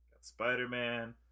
spider-man